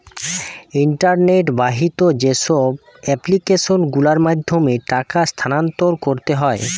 internet বাহিত যেইসব application গুলোর মাধ্যমে টাকা স্থানান্তর করতে হয়